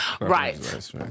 right